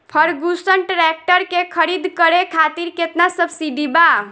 Ferguson tractor के खरीद करे खातिर केतना सब्सिडी बा?